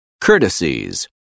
Courtesies